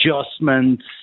adjustments